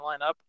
lineup